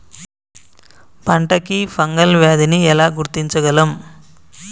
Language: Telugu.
పంట కి ఫంగల్ వ్యాధి ని ఎలా గుర్తించగలం?